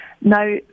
Now